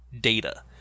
data